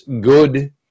good